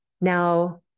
Now